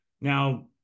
now